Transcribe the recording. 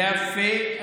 יפה.